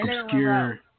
obscure